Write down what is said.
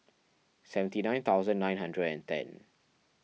seventy nine thousand nine hundred and ten